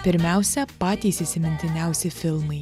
pirmiausia patys įsimintiniausi filmai